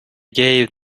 gave